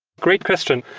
great question.